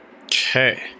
Okay